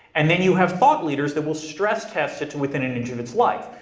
and then you have thought leaders that will stress test it to within an inch of its life.